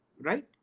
right